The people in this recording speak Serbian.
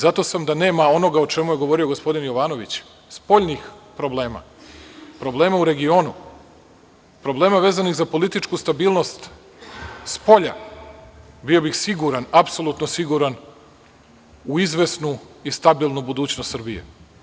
Zato sam siguran da nema onoga o čemu je govorio gospodin Jovanović – spoljnih problema, problema u regionu, problema vezanih za političku stabilnost spolja, bio bih siguran, apsolutno siguran u izvesnu i stabilnu budućnost Srbije.